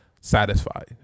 satisfied